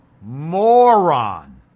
moron